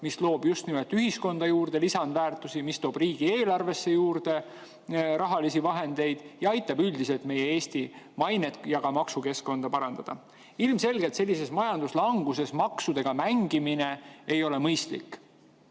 mis loob just nimelt ühiskonda juurde lisandväärtusi, mis toob riigieelarvesse juurde rahalisi vahendeid ja aitab üldiselt meie Eesti mainet ja ka maksukeskkonda parandada. Ilmselgelt sellises majanduslanguses maksudega mängimine ei ole mõistlik.